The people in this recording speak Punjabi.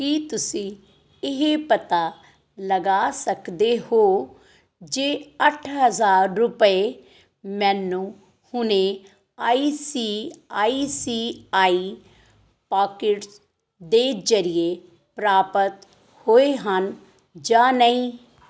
ਕੀ ਤੁਸੀਂਂ ਇਹ ਪਤਾ ਲਗਾ ਸਕਦੇ ਹੋ ਜੇ ਅੱਠ ਹਜ਼ਾਰ ਰੁਪਏ ਮੈਨੂੰ ਹੁਣੇ I C I C I pockets ਦੇ ਜ਼ਰੀਏ ਪ੍ਰਾਪਤ ਹੋਏ ਹਨ ਜਾਂ ਨਹੀਂ